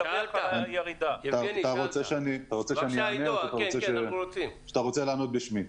אתה רוצה שאני אענה או שאתה רוצה לענות בשמי?